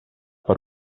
per